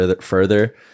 further